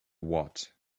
what